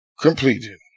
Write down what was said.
completed